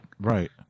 right